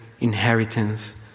inheritance